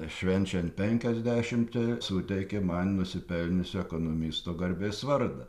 švenčiant penkiasdešimtį suteikė man nusipelniusio ekonomisto garbės vardą